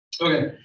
Okay